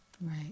right